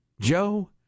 Joe